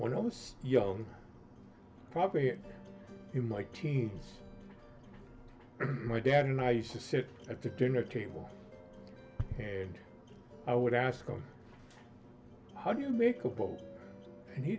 when i was young probably in my teens my dad and i used to sit at the dinner table and i would ask him how do you make a post and he